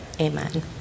amen